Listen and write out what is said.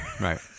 Right